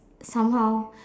somehow